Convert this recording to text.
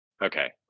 Okay